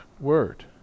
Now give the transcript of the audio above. word